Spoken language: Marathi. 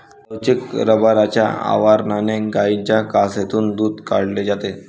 लवचिक रबराच्या आवरणाने गायींच्या कासेतून दूध काढले जाते